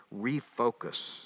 refocus